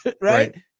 Right